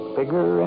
bigger